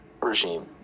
regime